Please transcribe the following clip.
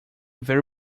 very